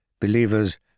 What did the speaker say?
Believers